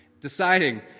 deciding